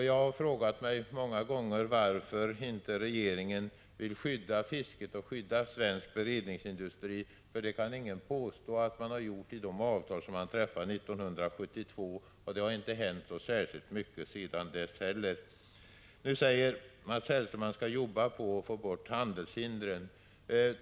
Jag har många gånger frågat mig varför inte regeringen vill skydda svenskt fiske och svensk beredningsindustri. Ingen kan påstå att detta har skett genom de avtal som träffades 1972. Sedan dess har det inte hänt så särdeles mycket. Nu säger Mats Hellström att han skall försöka att få bort handelshindren.